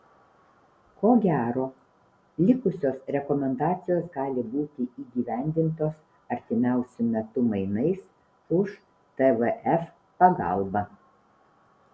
ko gero likusios rekomendacijos gali būti įgyvendintos artimiausiu metu mainais už tvf pagalbą